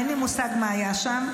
אין לי מושג מה היה שם.